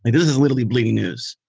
this is literally bleeding news,